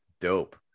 dope